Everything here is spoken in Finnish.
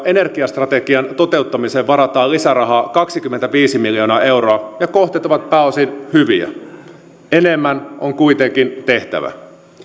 energiastrategian toteuttamiseen varataan lisärahaa kaksikymmentäviisi miljoonaa euroa ja kohteet ovat pääosin hyviä enemmän on kuitenkin tehtävä